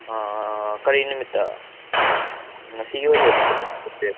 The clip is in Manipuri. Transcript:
ꯀꯔꯤ ꯅꯨꯃꯤꯠꯇ ꯉꯁꯤꯒꯤ ꯑꯣꯏꯗꯣꯏ